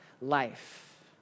life